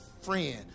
friend